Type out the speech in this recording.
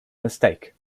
mistake